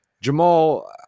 Jamal